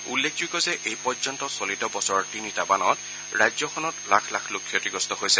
উল্লেখযোগ্য যে এই পৰ্যন্ত চলিত বছৰৰ তিনিটা বানত ৰাজ্যখনত লাখ লাখ লোক ক্ষতিগ্ৰস্ত হৈছে